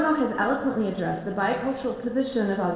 has eloquently addressed the bi-cultural position of